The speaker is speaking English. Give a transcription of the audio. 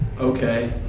Okay